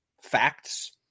facts